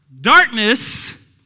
darkness